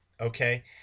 okay